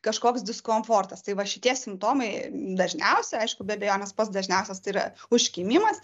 kažkoks diskomfortas tai va šitie simptomai dažniausi aišku be abejonės pats dažniausias tai yra užkimimas